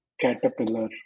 caterpillar